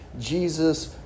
Jesus